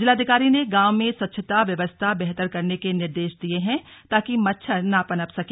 जिलाधिकारी ने गांव में स्वच्छता व्यवस्था बेहतर करने के निर्देश दिए हैं ताकि ताकि मच्छर न पनप सके